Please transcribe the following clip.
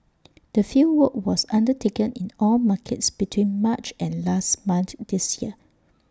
the fieldwork was undertaken in all markets between March and last month this year